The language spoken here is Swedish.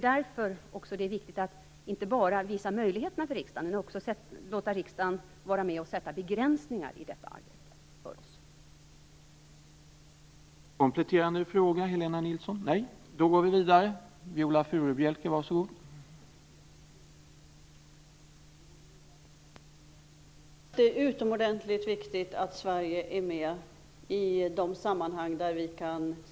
Därför är det viktigt att inte bara visa möjligheterna för riksdagen, utan att också låta riksdagen vara med och sätta begränsningar i detta arbete.